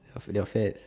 of their fats